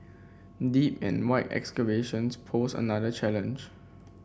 deep and wide excavations posed another challenge